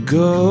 go